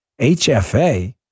HFA